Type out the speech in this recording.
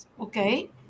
okay